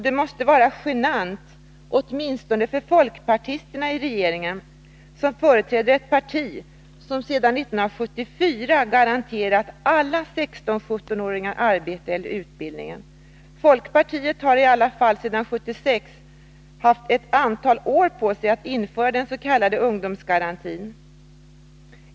Det måste vara genant, åtminstone för folkpartisterna i regeringen, eftersom de företräder ett parti som redan 1974 garanterade alla 16-17-åringar arbete eller utbildning. Folkpartiet har i alla fall sedan 1976 haft ett antal år på sig att införa dens.k. ungdomsgarantin.